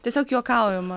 tiesiog juokaujama